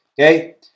okay